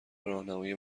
راهنمایی